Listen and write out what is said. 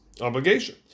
Obligation